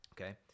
okay